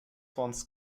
once